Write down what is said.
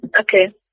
Okay